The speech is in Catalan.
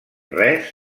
res